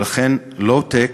ולכן לואו-טק,